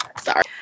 Sorry